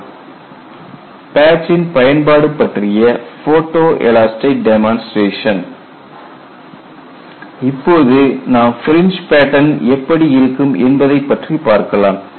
Photoelastic demonstration of usefulness of a patch பேட்ச்சின் பயன்பாடு பற்றிய போட்டோ எலாஸ்டிக் டெமன்ஸ்ட்ரேஷன் இப்போது நாம் ஃபிரிஞ்ச் பேட்டன் எப்படி இருக்கும் என்பதைப் பற்றி பார்க்கலாம்